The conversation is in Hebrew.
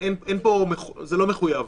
זה לא מחויב.